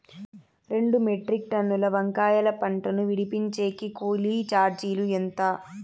రెండు మెట్రిక్ టన్నుల వంకాయల పంట ను విడిపించేకి కూలీ చార్జీలు ఎంత?